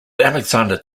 alexander